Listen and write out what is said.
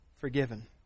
forgiven